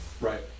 right